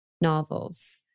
novels